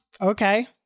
Okay